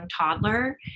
toddler